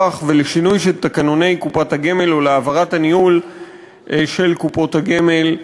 ולשינוי של תקנוני קופת הגמל ולהעברת הניהול של קופות הגמל,